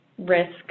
risk